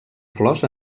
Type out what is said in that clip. flors